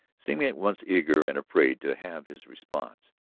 seeming at once eager and afraid to have his response.